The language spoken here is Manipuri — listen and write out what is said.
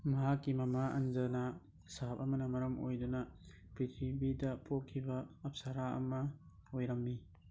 ꯃꯍꯥꯛꯀꯤ ꯃꯃꯥ ꯑꯟꯖꯅꯥ ꯁꯥꯞ ꯑꯃꯅ ꯃꯔꯝ ꯑꯣꯏꯗꯨꯅ ꯄ꯭ꯔꯤꯊꯤꯕꯤꯗ ꯄꯣꯛꯈꯤꯕ ꯑꯞꯁꯔꯥ ꯑꯃ ꯑꯣꯏꯔꯝꯃꯤ